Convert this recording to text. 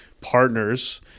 partners